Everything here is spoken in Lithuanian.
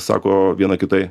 sako viena kitai